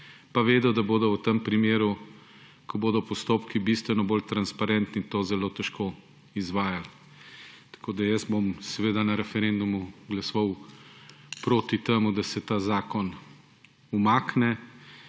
pa vedo, da bodo v tem primeru, ko bodo postopki bistveno bolj transparentni, to zelo težko izvajali. Tako bom seveda na referendumu glasoval proti temu, da se ta zakon umakne,